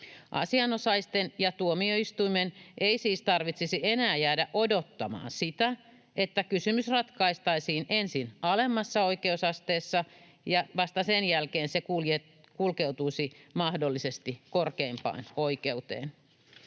Asianosaisten ja tuomioistuimen ei siis tarvitsisi enää jäädä odottamaan sitä, että kysymys ratkaistaisiin ensin alemmassa oikeusasteessa ja vasta sen jälkeen se kulkeutuisi mahdollisesti korkeimpaan oikeuteen.